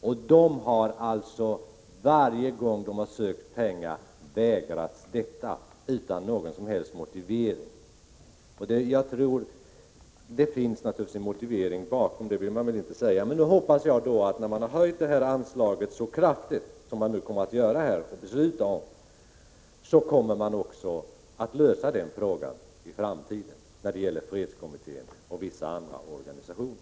Varje gång kommittén har sökt pengar har den vägrats detta utan någon som helst motivering. Det finns naturligtvis en motivering bakom, men det vill man inte säga. Nu hoppas jag att när man har höjt anslaget så kraftigt som riksdagen kommer att besluta om, man också kommer att lösa frågan om bidrag till Svenska fredskommittén och vissa andra organisationer.